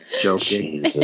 Joking